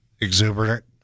exuberant